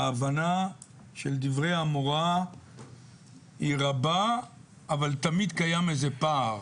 ההבנה של דברי המורה היא רבה אבל תמיד קיים איזה פער,